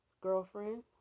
Girlfriend